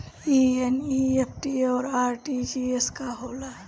ई एन.ई.एफ.टी और आर.टी.जी.एस का ह?